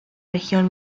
región